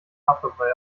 haferbrei